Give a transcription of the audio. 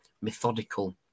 methodical